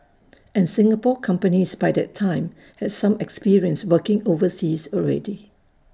and Singapore companies by that time had some experience working overseas already